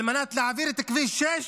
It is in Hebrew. על מנת להעביר את כביש 6,